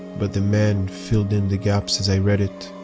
but the man filled in the gaps as i read it.